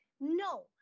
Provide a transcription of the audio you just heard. No